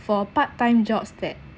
for part time jobs that